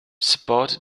support